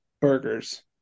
burgers